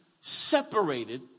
separated